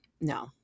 No